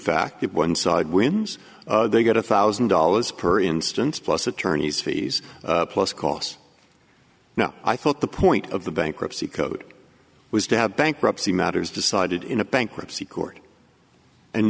fact that one side wins they get a thousand dollars per instance plus attorneys fees plus costs no i thought the point of the bankruptcy code was to have bankruptcy matters decided in a bankruptcy court and